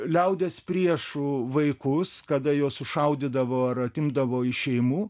liaudies priešų vaikus kada juos sušaudydavo ar atimdavo iš šeimų